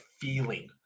feeling